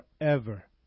forever